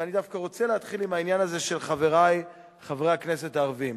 ואני דווקא רוצה להתחיל עם העניין הזה של חברי חברי הכנסת הערבים